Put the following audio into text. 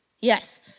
Yes